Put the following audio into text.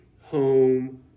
home